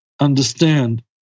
understand